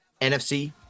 NFC